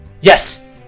Yes